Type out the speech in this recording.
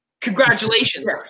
Congratulations